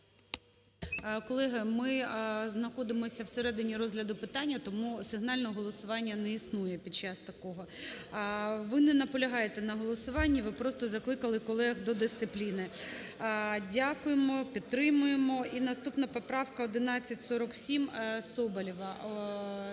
Колеги, ми знаходимося в середині розгляду питання, тому сигнального голосування не існує під час того. Ви не наполягаєте на голосуванні. Ви просто закликали колег до дисципліни. Дякуємо, підтримуємо. І наступна поправка 1147 Соболєва